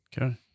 Okay